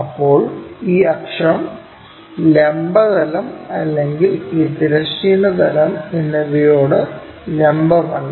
ഇപ്പോൾ ഈ അക്ഷം ലംബ തലം അല്ലെങ്കിൽ ഈ തിരശ്ചീന തലം എന്നിവയോടു ലംബമല്ല